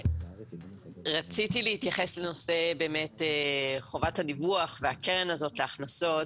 רציתי להתייחס לנושא חובת הדיווח והקרן הזאת להכנסות.